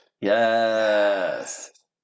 Yes